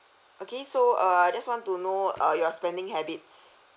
okay so err I just want to know about your spending habits